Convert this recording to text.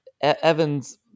Evan's